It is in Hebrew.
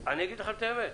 אני אגיד לכם את האמת.